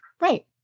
Right